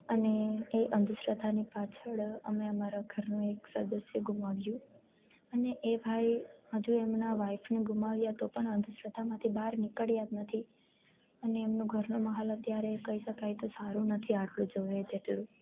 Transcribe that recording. અને એ અંધશ્રદ્ધાની પાછળ અમે અમારા ઘરનું એક સદસ્ય ગુમાવ્યું અને એ ભાઈ હજુ એમના વાઈફને ગુમાવ્યા તો પણ અંધશ્રદ્ધામાંથી બાર નીકળ્યા નથી અને એમનું ઘરનો માહોલ અત્યારે કહી શકાય તો સારું નથી આટલું જોવે તેટલું